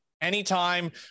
Anytime